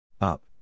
up